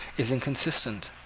is inconsistent.